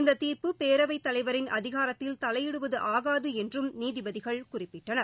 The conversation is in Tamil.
இந்த தீர்ப்பு பேரவைத் தலைவரின் அதிகாரத்தில் தலையிடுவது ஆகாது என்றும் நீதிபதிகள் குறிப்பிட்டனர்